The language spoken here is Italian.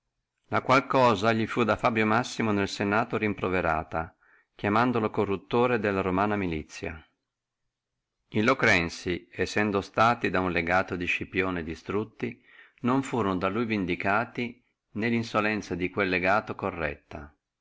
la qual cosa li fu da fabio massimo in senato rimproverata e chiamato da lui corruttore della romana milizia e locrensi sendo stati da uno legato di scipione destrutti non furono da lui vendicati né la insolenzia di quello legato corretta